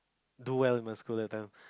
do well in my school that time